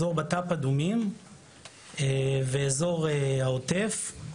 אזור בט"פ אדומים ואזור העוטף.